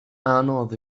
anodd